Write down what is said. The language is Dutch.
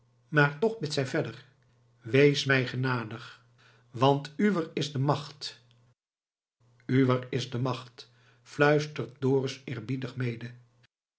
maar toch bidt zij verder wees mij genadig want uwer is de macht uwer is de macht fluistert dorus eerbiedig mede